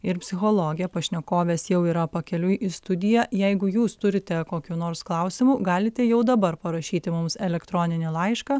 ir psichologė pašnekovės jau yra pakeliui į studiją jeigu jūs turite kokių nors klausimų galite jau dabar parašyti mums elektroninį laišką